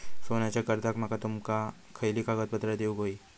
सोन्याच्या कर्जाक माका तुमका खयली कागदपत्रा देऊक व्हयी?